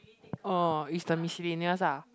orh is the miscellaneous ah